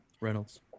Reynolds